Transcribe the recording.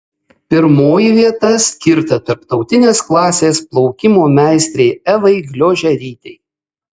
pirmoji vieta skirta tarptautinės klasės plaukimo meistrei evai gliožerytei